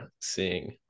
seeing